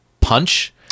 punch